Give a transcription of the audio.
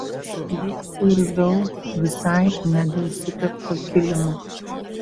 juk suirzau visai ne dėl sutepto kilimo